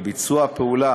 ביצוע פעולה